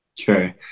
okay